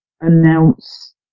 announce